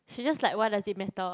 she just like why does it matter